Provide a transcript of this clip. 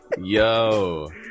Yo